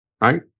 right